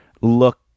look